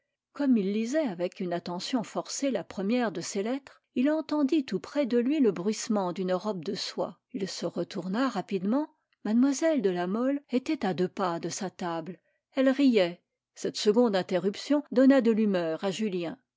comme il lisait avec une attention forcée la première de ces lettres il entendit tout près de lui le bruissement d'une robe de soie il se retourna rapidement mlle de la mole était à deux pas de sa table elle riait cette seconde interruption donna de l'humeur à julien